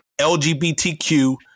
LGBTQ